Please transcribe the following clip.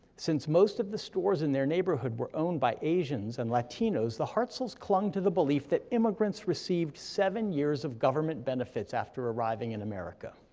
since most of the stores in their neighborhood were owned by asians and latinos, the harzells clung to the belief that immigrants received seven years of government benefits after arriving in america,